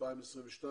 ב-2022